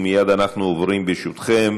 ומייד אנחנו עוברים, ברשותכם,